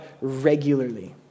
regularly